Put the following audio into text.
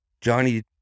Johnny